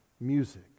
music